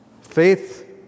faith